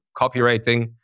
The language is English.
copywriting